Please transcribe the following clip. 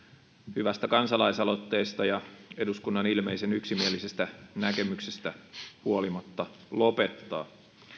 hyvästä kansalaisaloitteesta ja eduskunnan ilmeisen yksimielisestä näkemyksestä huolimatta lopettaa